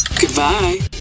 Goodbye